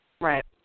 Right